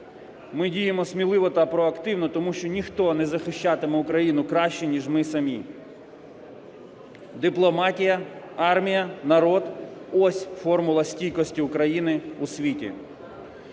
Ми діємо сміливо та проактивно, тому що ніхто не захищатиме Україну краще, ніж ми самі. Дипломатія, армія, народ – ось формула стійкості України у світі.